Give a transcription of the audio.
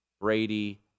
Brady